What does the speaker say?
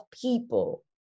people